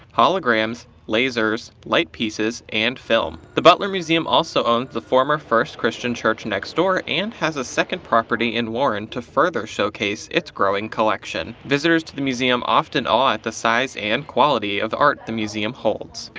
holograms, lasers, light pieces, and film. the butler museum also owns the former first christian church next door, and has a second property in warren to further showcase its growing collection. visitors to the museum often awe at the size and quality of the art the museum holds.